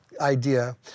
idea